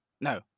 No